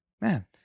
man